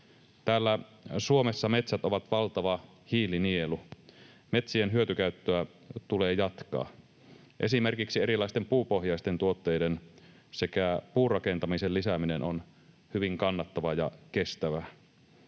Täällä Suomessa metsät ovat valtava hiilinielu. Metsien hyötykäyttöä tulee jatkaa. Esimerkiksi erilaisten puupohjaisten tuotteiden sekä puurakentamisen lisääminen on hyvin kannattavaa ja kestävää.